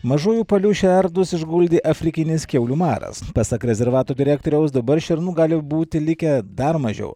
mažųjų palių šernus išguldė afrikinis kiaulių maras pasak rezervato direktoriaus dabar šernų gali būti likę dar mažiau